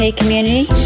community